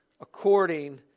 according